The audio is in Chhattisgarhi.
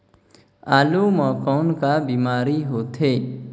आलू म कौन का बीमारी होथे?